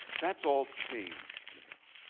that's all changed now.